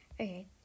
Okay